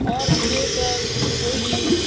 اور یہ سر کوئی بھی